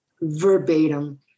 verbatim